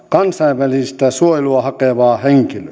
kansainvälistä suojelua hakevaa henkilöä